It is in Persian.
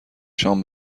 شام